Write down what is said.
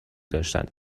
داشتند